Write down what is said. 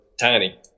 tiny